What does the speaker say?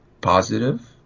positive